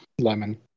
Lemon